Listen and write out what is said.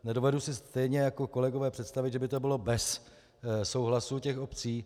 Nedovedu si stejně jako kolegové představit, že by to bylo bez souhlasu obcí.